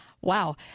wow